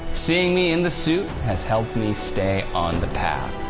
seeing me in the suit has helped me stay on the path.